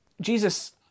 Jesus